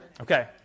Okay